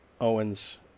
Owens